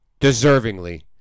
deservingly